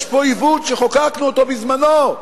יש פה עיוות שחוקקנו אותו בזמנו.